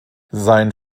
sein